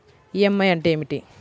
EMI అంటే ఏమిటి?